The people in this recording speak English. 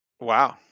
Wow